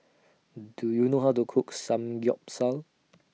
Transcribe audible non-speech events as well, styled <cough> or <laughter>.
Do YOU know How to Cook Samgyeopsal <noise>